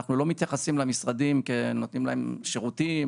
אנחנו לא מתייחסים למשרדים כנותנים להם שירותים,